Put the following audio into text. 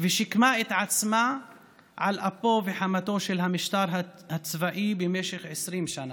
ושיקמה את עצמה על אפו וחמתו של המשטר הצבאי במשך 20 שנה,